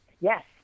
Yes